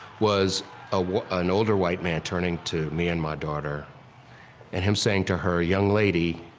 was ah was an older white man turning to me and my daughter and him saying to her, young lady,